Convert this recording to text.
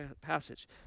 passage